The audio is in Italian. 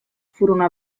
furono